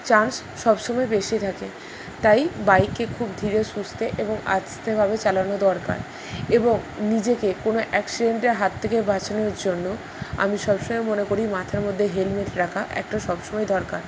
chance সবসময় বেশি থাকে তাই বাইকে খুব ধীরে সুস্থে এবং আস্তেভাবে চালানো দরকার এবং নিজেকে কোনো অ্যাক্সিডেন্টের হাত থেকে বাঁচানোর জন্য আমি সবসময় মনে করি মাথার মধ্যে হেলমেট রাখা একটা সবসময় দরকার